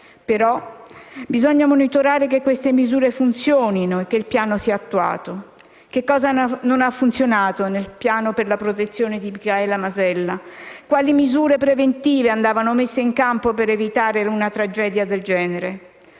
però monitorare che queste misure funzionino e che il piano sia attuato. Che cosa non ha funzionato nel piano per la protezione di Micaela Masella? Quali misure preventive andavano messe in campo per evitare una tragedia del genere?